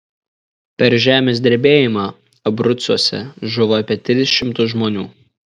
per žemės drebėjimą abrucuose žuvo apie tris šimtus žmonių